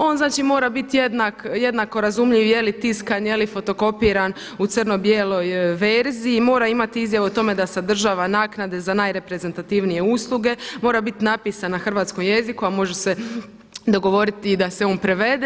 On znači mora biti jednako razumljiv je li tiskan, je li fotokopiran u crno bijeloj verziji i mora imati izjavu o tome da sadržava naknade za najreprezentativnije usluge, mora biti napisan na hrvatskom jeziku a može se dogovoriti i da se on prevede.